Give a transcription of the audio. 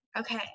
okay